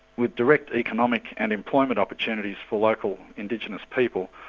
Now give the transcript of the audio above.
with direct economic and employment opportunities for local indigenous people,